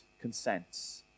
consents